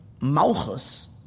Malchus